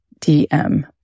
DM